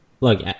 look